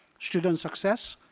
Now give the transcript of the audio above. student success,